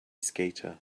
skater